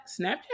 snapchat